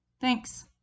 Thanks